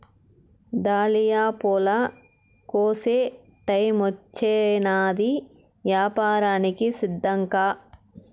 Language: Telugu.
దాలియా పూల కోసే టైమొచ్చినాది, యాపారానికి సిద్ధంకా